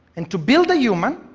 and to build a human,